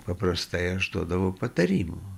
paprastai aš duodavau patarimų